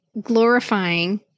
glorifying